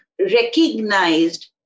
recognized